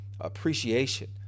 appreciation